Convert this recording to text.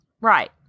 right